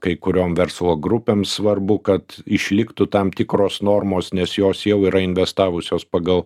kai kuriom verslo grupėm svarbu kad išliktų tam tikros normos nes jos jau yra investavusios pagal